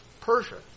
Persia